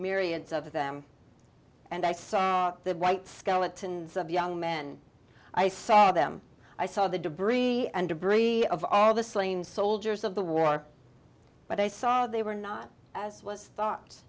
myriads of them and i saw the bright skeletons of young men i saw them i saw the debris and debris of all the slain soldiers of the war but i saw they were not as was thought